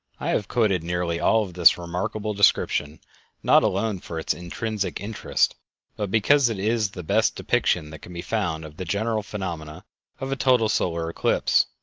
i have quoted nearly all of this remarkable description not alone for its intrinsic interest, but because it is the best depiction that can be found of the general phenomena of a total solar eclipse.